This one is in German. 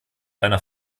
einer